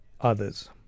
others